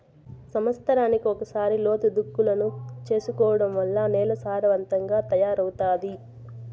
సమత్సరానికి ఒకసారి లోతు దుక్కులను చేసుకోవడం వల్ల నేల సారవంతంగా తయారవుతాది